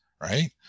right